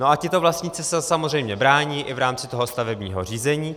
A tito vlastníci se samozřejmě brání i v rámci toho stavebního řízení.